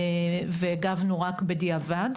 והגבנו רק בדיעבד,